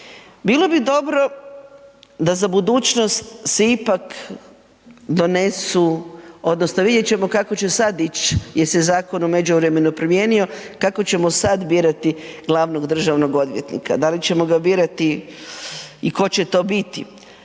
Bilo bi dobro da za budućnost se ipak donesu odnosno vidjet ćemo kako će sada ić jer se zakon u međuvremenu promijenio, kako ćemo sada birati glavnog državnog odvjetnika, dal ćemo ga birati i tko će to biti.